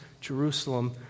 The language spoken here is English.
Jerusalem